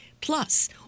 plus